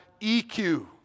EQ